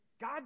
God